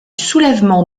soulèvement